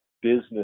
business